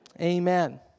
amen